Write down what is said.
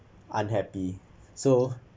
unhappy so